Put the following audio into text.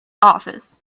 office